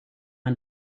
man